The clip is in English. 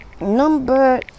number